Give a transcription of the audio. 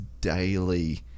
daily